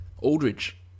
Aldridge